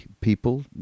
people